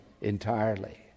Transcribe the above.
entirely